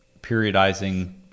periodizing